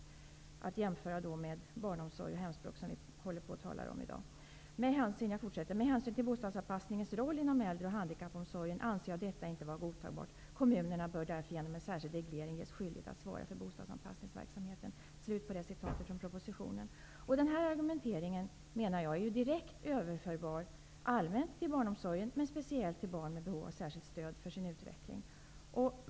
Vi kan jämföra detta med barnomsorg och hemspråksundervisning, som vi talar om i dag. Jag fortsätter att läsa ur propositionen: Med hänsyn till bostadsanpassningens roll inom äldre och handikappomsorgen anser jag detta inte vara godtagbart. Kommunerna bör därför genom en särskild reglering ges skyldighet att svara för bostadsanpassningsverksamheten. Denna argumentation är direkt överförbar till barnomsorgen i allmänhet, och speciellt när det gäller barn med behov av särskilt stöd för sin utveckling.